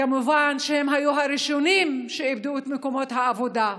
כמובן שהם היו הראשונים שאיבדו את מקומות העבודה.